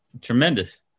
Tremendous